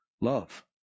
love